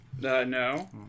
No